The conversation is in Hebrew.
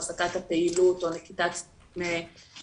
הפסקת הפעילות או נקיטת אמצעים